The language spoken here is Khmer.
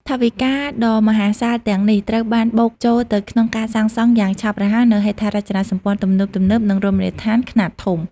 ថវិកាដ៏មហាសាលទាំងនេះត្រូវបាន បុកចូលទៅក្នុងការសាងសង់ យ៉ាងឆាប់រហ័សនូវ ហេដ្ឋារចនាសម្ព័ន្ធទំនើបៗ និងរមណីយដ្ឋានខ្នាតធំ។